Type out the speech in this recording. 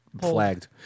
flagged